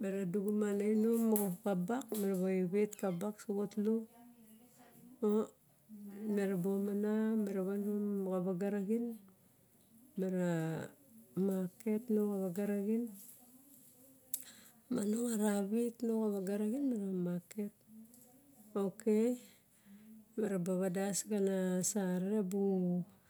me ra duxuma ana inom moxa xabak me vevet kabak so xatlu o me ra ba omana mera vaga raxin me ra market no xa vaga raxin, monong ara vik no raxin me ra market. Ok mera ba vadas kana sarere a ba